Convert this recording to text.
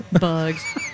Bugs